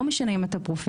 לא משנה אם אתה פרופסור,